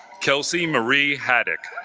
kelsey marie haddock